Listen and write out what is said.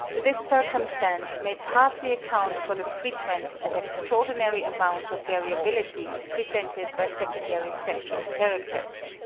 this circumstance may partly account for the frequent and extraordinary amount of variability presented by secondary sexual characters.